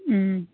ꯎꯝ